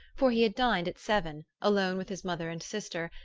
for he had dined at seven, alone with his mother and sister,